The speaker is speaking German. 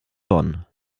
bonn